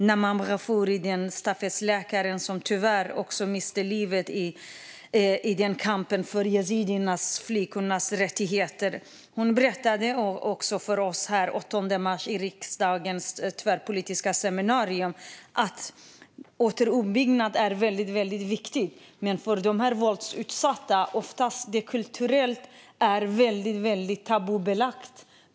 Nemam Ghafouri, stafettläkaren som tyvärr miste livet i kampen för de yazidiska flickornas rättigheter, berättade för oss vid ett tvärpolitiskt seminarium i riksdagen den 8 mars att återuppbyggnad är väldigt viktigt men att detta för de våldsutsatta oftast är väldigt tabubelagt kulturellt.